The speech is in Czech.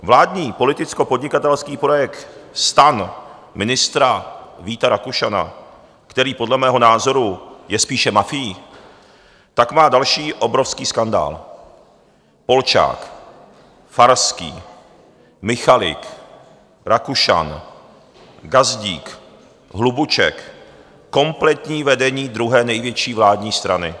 Vládní politickopodnikatelský projekt STAN ministra Víta Rakušana, který podle mého názoru je spíše mafií, tak má další obrovský skandál Polčák, Farský, Michalik, Rakušan, Gazdík, Hlubuček, kompletní vedení druhé největší vládní strany.